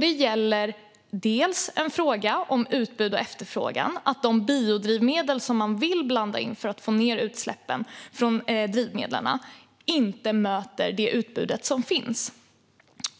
Detta är delvis en fråga om utbud och efterfrågan och att de biodrivmedel som man vill blanda in för att få ned utsläppen från drivmedlen inte möter det utbud som finns.